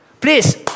Please